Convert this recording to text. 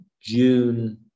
June